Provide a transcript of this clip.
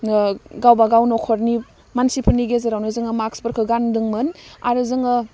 ओह गाव बागाव न'खरनि मानसिफोरनि गेजेरावनो जोङो मास्कफोरखौ गानदोंमोन आरो जोङो